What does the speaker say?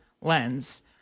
lens –